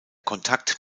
kontakt